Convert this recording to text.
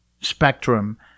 spectrum